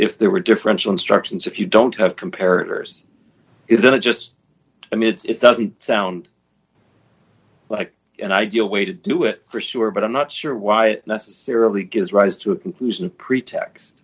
if there were differential instructions if you don't have comparisons it's not just i mean it's doesn't sound like an ideal way to do it for sure but i'm not sure why it necessarily gives rise to a conclusion pre